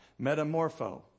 metamorpho